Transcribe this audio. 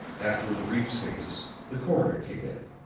after a brief space, the coroner came in,